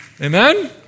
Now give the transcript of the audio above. Amen